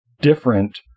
different